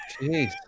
Jeez